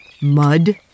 Mud